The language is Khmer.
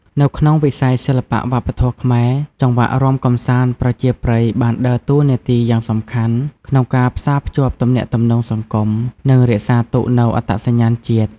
នៅក្នុងវិស័យសិល្បៈវប្បធម៌ខ្មែរ ចង្វាក់រាំកម្សាន្តប្រជាប្រិយបានដើរតួនាទីយ៉ាងសំខាន់ក្នុងការផ្សារភ្ជាប់ទំនាក់ទំនងសង្គម និងរក្សាទុកនូវអត្តសញ្ញាណជាតិ។